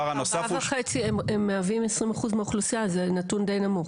4.5, הם מהווים 20% מהאכלוסייה, זה נתון די נמוך.